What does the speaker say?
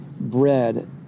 bread